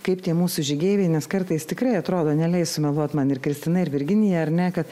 kaip tie mūsų žygeiviai nes kartais tikrai atrodo neleis sumeluot man ir kristina ir virginija ar ne kad